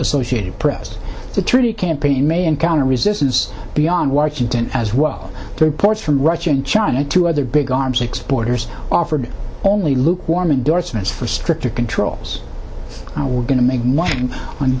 associated press the treaty campaign may encounter resistance beyond washington as well to reports from russia and china two other big arms exporters offered only lukewarm endorsements for stricter controls and we're going to make one on